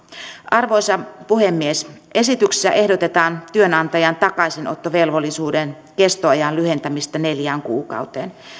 arvoisa puhemies esityksessä ehdotetaan työnantajan takaisinottovelvollisuuden kestoajan lyhentämistä neljään kuukauteen